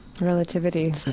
Relativity